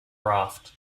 raft